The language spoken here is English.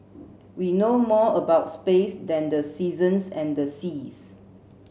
we know more about space than the seasons and the seas